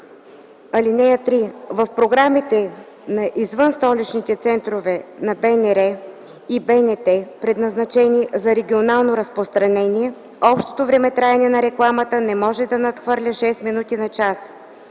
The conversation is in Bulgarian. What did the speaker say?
ч. (3) В програмите на извънстоличните центрове на БНР и БНТ, предназначени за регионално разпространение, общото времетраене на рекламата не може да надхвърля 6 минути на час.